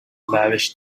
lavish